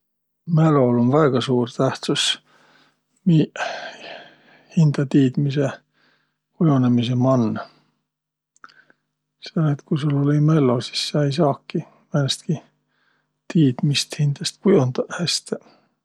Mälol um väega suur tähtsüs miiq hindätiidmise kujonõmisõ man, selle et ku sul olõ-õi mällo, sis sa ei saaki määnestki tiidmist hindäst kujondaq häste.